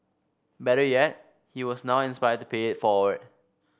better yet he was now inspired to pay it forward